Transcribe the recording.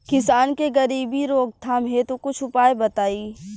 किसान के गरीबी रोकथाम हेतु कुछ उपाय बताई?